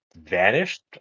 vanished